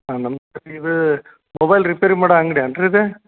ಹಾಂ ನಮಸ್ತೆ ಇದು ಮೊಬೈಲ್ ರಿಪೇರಿ ಮಾಡೋ ಅಂಗಡಿ ಏನ್ರೀ ಇದು